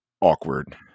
awkward